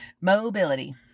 Mobility